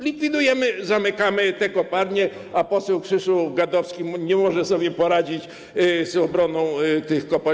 Likwidujemy, zamykamy kopalnie, a poseł Krzysztof Gadowski nie może sobie poradzić z obroną tych kopalń.